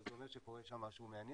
אבל זה אומר שקורה שם משהו מעניין.